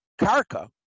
Karka